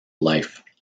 life